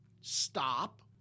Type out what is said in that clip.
stop